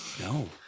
no